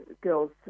girls